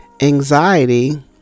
Anxiety